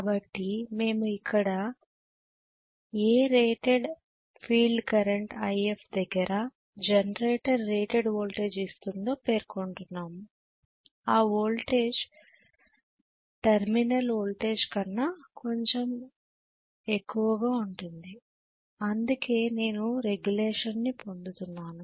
కాబట్టి మేము ఇక్కడ ఏ రేటెడ్ If దగ్గర జనరేటర్ రేటెడ్ వోల్టేజ్ ఇస్తుందో పేర్కొంటున్నాము ఆ వోల్టేజ్ టెర్మినల్ ఓల్టేజ్ కన్నా కొంచెం ఎక్కువగా ఉంటుంది అందుకే నేను రెగ్యులేషన్ పొందుతున్నాను